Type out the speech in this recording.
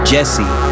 Jesse